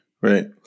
right